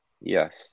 Yes